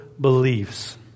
beliefs